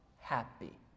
happy